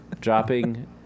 Dropping